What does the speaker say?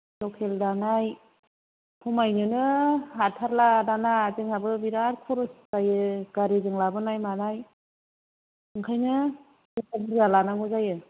लकेल दानाय खमायनोनो हाथारला दाना जोंहाबो बेराद खरस जायो गारिजों लाबोनाय मानाय ओंखायनो बुरजा लानांगौ जायो